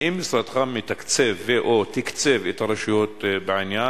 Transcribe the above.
האם משרדך מתקצב ו/או תקצב את הרשויות בעניין?